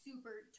super